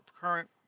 current